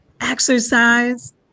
exercise